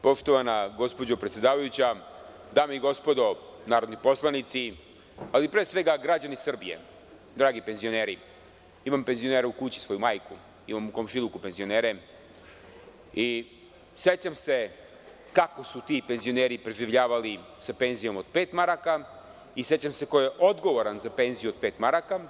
Poštovana gospođo predsedavajuća, dame i gospodo narodni poslanici, ali pre svega građani Srbije, dragi penzioneri, imam penzionera u kući, svoju majku, imam u komšiluku penzionere i sećam se kako su ti penzioneri preživljavali sa penzijom od pet maraka, i sećam se ko je odgovoran za penziju od pet maraka.